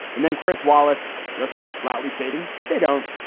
and then chris wallace just flatly stating they don't.